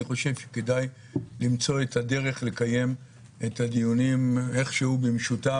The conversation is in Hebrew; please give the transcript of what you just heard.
אני חושב שכדאי למצוא דרך לקיים את הדיונים במשותף,